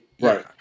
right